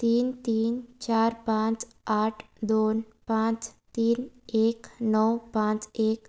तीन तीन चार पांच आठ दोन पांच तीन एक णव पांच एक